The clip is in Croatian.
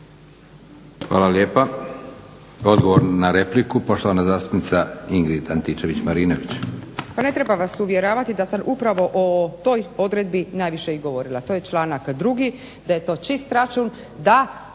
Hvala lijepa. Odgovor na repliku poštovana zastupnica Ingrid Antičević Marinović. **Antičević Marinović, Ingrid (SDP)** Pa ne treba vas uvjeravati da sam o toj odredbi najviše i govorila. To je članak drugi, da je to čist račun da